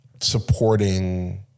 supporting